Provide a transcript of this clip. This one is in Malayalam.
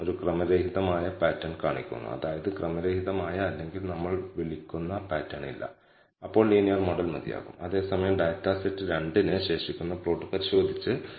18 നെഗറ്റീവ് ആയിരിക്കാം ഇത് പോസിറ്റീവ് ആയിരിക്കാം ഈ സാഹചര്യത്തിൽ ഇന്റെർവെല്ലിൽ 0 ഉൾപ്പെടുന്നു തുടർന്ന് നമ്മൾ തീർച്ചയായും ഒരു തീരുമാനം എടുക്കണം ആ β1 അപ്രധാനവും യഥാർത്ഥത്തിൽ ശരിയുമാണ് β1 0